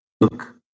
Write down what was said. look